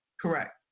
Correct